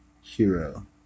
hero